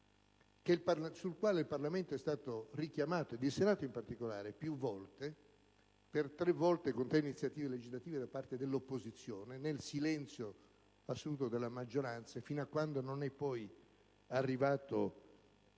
sulla quale il Parlamento ed il Senato in particolare sono stati richiamati più volte: per tre volte, con tre iniziative legislative da parte dell'opposizione, nel silenzio assoluto della maggioranza, fino a quando non è poi arrivato